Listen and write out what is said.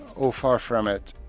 oh, far from it.